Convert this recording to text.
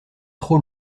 trop